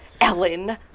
Ellen